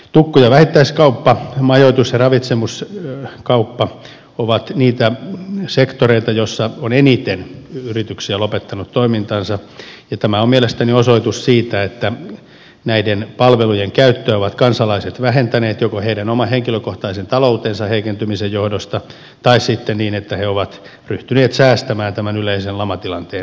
tukku ja vähittäiskauppa majoitus ja ravitsemuskauppa ovat niitä sektoreita joissa on eniten yrityksiä lopettanut toimintansa ja tämä on mielestäni osoitus siitä että näiden palvelujen käyttöä ovat kansalaiset vähentäneet joko heidän oman henkilökohtaisen taloutensa heikentymisen johdosta tai sitten niin että he ovat ryhtyneet säästämään tämän yleisen lamatilanteen johdosta